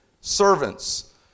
servants